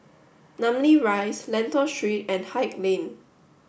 namly Rise Lentor Street and Haig Lane